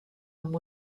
amb